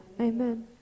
amen